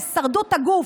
הישרדות הגוף.